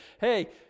Hey